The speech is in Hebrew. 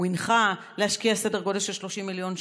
שהוא הנחה להשקיע סדר גודל של 30 מיליון שקלים.